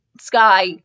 sky